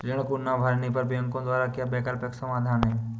ऋण को ना भरने पर बैंकों द्वारा क्या वैकल्पिक समाधान हैं?